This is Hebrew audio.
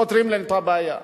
פותרים להם את הבעיה.